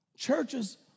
Churches